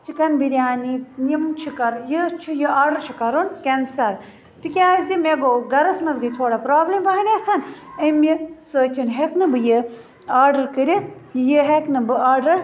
chicken biryani یِم چھِ کَرٕنۍ یہِ چھُ یہِ آڈَر چھُ کَرُن کینسَل تکیازِ مےٚ گوٚو گَرَس مَنٛز گٔے تھوڑا پرابلم پَہمتھ امہ سۭتۍ ہیٚکہٕ نہٕ بہٕ یہِ آڈَر کٔرِتھ یہِ ہیٚکنہٕ بہٕ آڈَر